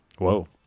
whoa